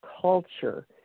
culture